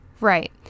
right